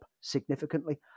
significantly